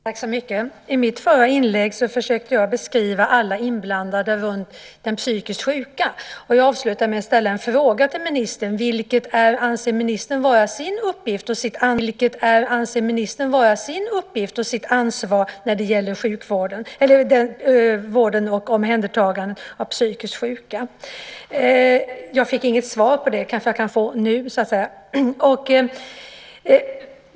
Herr talman! I mitt förra inlägg försökte jag beskriva alla inblandade runt den psykiskt sjuke. Jag avslutade med att ställa en fråga till ministern: Vad anser ministern vara sin uppgift och sitt ansvar när det gäller vården och omhändertagandet av psykiskt sjuka? Jag fick inget svar på den frågan, men det kanske jag kan få nu.